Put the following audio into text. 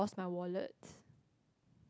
my wallet